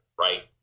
Right